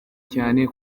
cyane